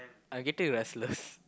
I getting restless